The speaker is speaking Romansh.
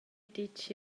ditg